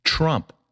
Trump